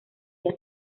día